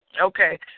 Okay